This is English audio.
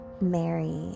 Mary